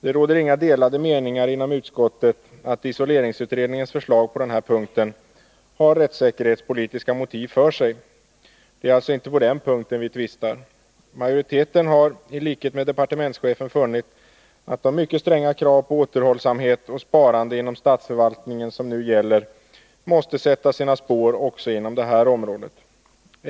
Det råder inga delade meningar inom utskottet om att isoleringsutredningens förslag på denna punkt har rättssäkerhetspolitiska motiv. Det är alltså inte på denna punkt vi tvistar. Majoriteten har i likhet med departementschefen funnit att de mycket stränga krav på återhållsamhet och sparande inom statsförvaltningen som nu gäller måste sätta sina spår också inom detta område.